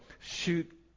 shoot